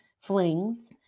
flings